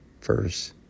first